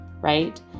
right